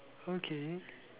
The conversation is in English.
okay